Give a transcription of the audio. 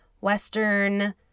Western